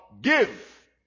give